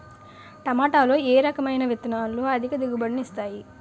టమాటాలో ఏ రకమైన విత్తనాలు అధిక దిగుబడిని ఇస్తాయి